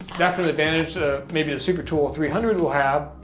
that's an advantage ah maybe the super tool three hundred will have.